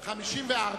54,